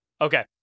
Okay